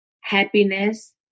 happiness